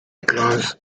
glanced